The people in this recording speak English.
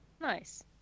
Nice